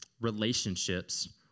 relationships